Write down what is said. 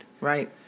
Right